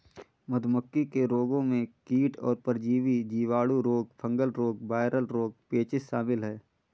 मधुमक्खी के रोगों में कीट और परजीवी, जीवाणु रोग, फंगल रोग, वायरल रोग, पेचिश शामिल है